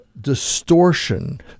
distortion